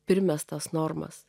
primestas normas